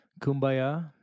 kumbaya